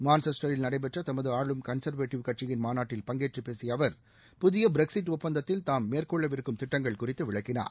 மான்செஸ்டரில் நடைபெற்ற தமது ஆளும் கன்சர்வேட்டிவ் கட்சியின் மாநாட்டில் பங்கேற்று பேசிய அவர் புதிய பிரக்சிஸ்ட் ஒப்பந்தத்தில் தாம் மேற்கொள்ளவிருக்கும் திட்டங்கள் குறித்து விளக்கினார்